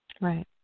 Right